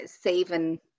saving